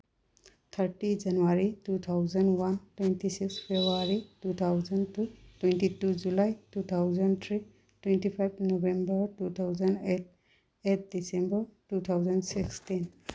thirty January two thousand one twenty six February two thousand two twenty two July two thousand three twenty five November two thousand eight eight December two thousand sixteen